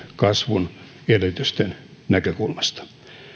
kasvun edellytysten uusien ideoitten näkökulmasta